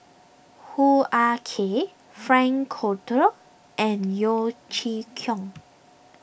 Hoo Ah Kay Frank Cloutier and Yeo Chee Kiong